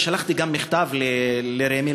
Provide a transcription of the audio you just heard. ושלחתי גם מכתב לרמ"י,